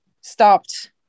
stopped